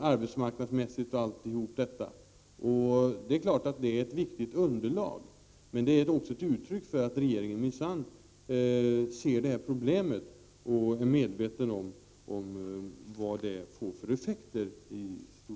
arbetsmarknadsmässigt osv. Det är klart att detta utgör ett viktigt underlag, men det är samtidigt ett uttryck — Prot. 1989/90:32 för att regeringen minsann ser problemet och är medveten om vilka effekter 24 november 1989 det får i storstäderna.